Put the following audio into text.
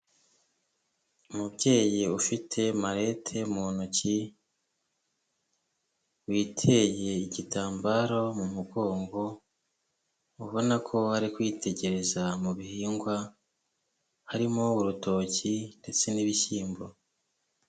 Umubyeyi ufite marete mu ntoki witeye igitambaro mu mugongo ubona ko ari kwitegereza mu bihingwa, harimo urutoki ndetse n'ibishyimbo.